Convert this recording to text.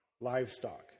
livestock